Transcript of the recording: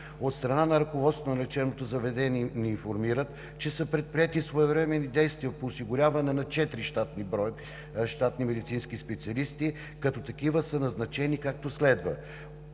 От страна на ръководството на лечебното заведение ни информират, че са предприети своевременни действия по осигуряване на четири щатни медицински специалисти, като такива са назначени, както следва: